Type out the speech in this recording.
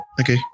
Okay